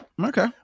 Okay